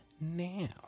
now